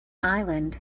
island